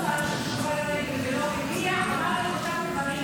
וכל שר ששובר רגל ולא מגיע אמר לי את אותם דברים